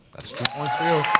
that's two points for you.